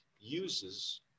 uses